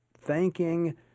thanking